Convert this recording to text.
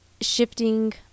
shifting